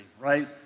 right